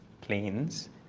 planes